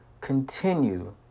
continue